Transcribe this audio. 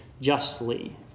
justly